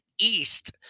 East